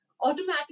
Automatically